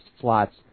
slots